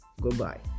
Goodbye